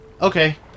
Okay